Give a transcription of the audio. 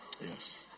Yes